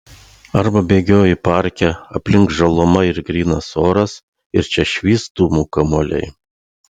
arba bėgioji parke aplink žaluma ir grynas oras ir čia švyst dūmų kamuoliai